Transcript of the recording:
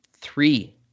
Three